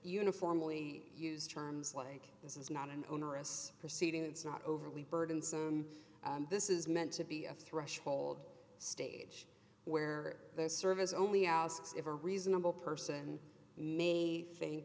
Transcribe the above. uniformly use terms like this is not an onerous proceeding it's not overly burdensome this is meant to be a threshold stage where the service only asks if a reasonable person may think